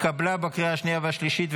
התקבלה בקריאה השנייה והשלישית,